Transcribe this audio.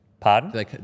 Pardon